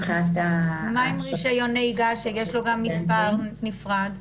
מה עם רשיון נהיגה שיש לו גם מספר נפרד?